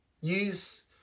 Use